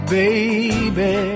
baby